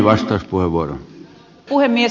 arvoisa puhemies